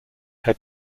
head